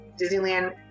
Disneyland